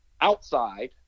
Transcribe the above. outside